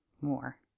more